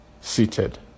Seated